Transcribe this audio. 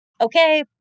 okay